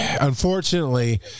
Unfortunately